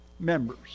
Members